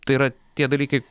tai yra tie dalykai